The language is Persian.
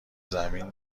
زمین